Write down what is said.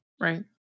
Right